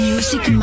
Music